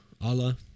Allah